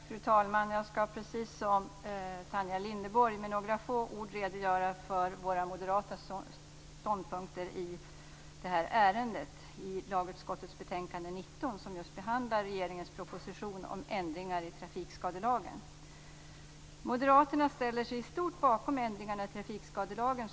Fru talman! Jag skall precis som Tanja Linderborg med några få ord redogöra för våra moderata ståndpunkter i det här ärendet. Lagutskottets betänkande 19 behandlar just regeringens proposition om ändringar i trafikskadelagen. Moderaterna ställer sig i stort bakom ändringarna i trafikskadelagen.